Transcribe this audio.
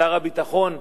שר הביטחון,